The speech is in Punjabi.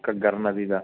ਘੱਗਰ ਨਦੀ ਦਾ